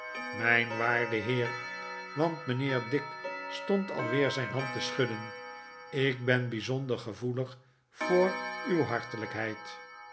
mijn waarde heer want mijnheer dick stond alweer zijn hand te schudden ik ben bijzonder gevoelig voor uw hartelijkheid